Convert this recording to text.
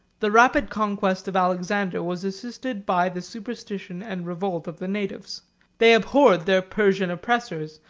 the rapid conquest of alexander was assisted by the superstition and revolt of the natives they abhorred their persian oppressors,